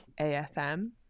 AFM